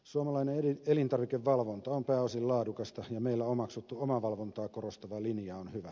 suomalainen elintarvikevalvonta on pääosin laadukasta ja meillä omaksuttu omavalvontaa korostava linja on hyvä